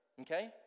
okay